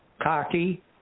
cocky